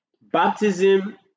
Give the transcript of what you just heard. Baptism